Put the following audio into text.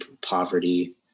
poverty